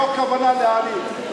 מתוך כוונה להעליב,